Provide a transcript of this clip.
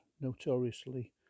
notoriously